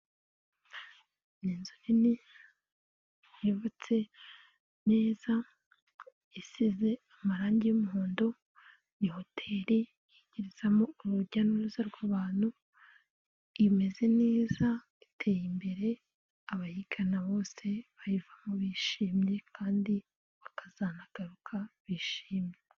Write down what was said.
Ni inzu nini, yubutse neza, isize amarangi y'umuhondo, ni hoteri ijya izamo urujya n'uruza rw'abantu, imeze neza iteye imbere, abayigana bose bayivamo bishimye kandi bakazanagaruka bishimye.